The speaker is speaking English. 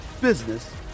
business